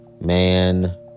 Man